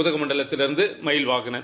உதகமண்டலத்திலிருந்து Mahilvahanan